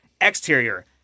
exterior